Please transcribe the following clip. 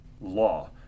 law